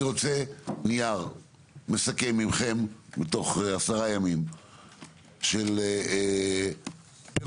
אני רוצה נייר מסכם ממכם בתוך עשרה ימים של פירוט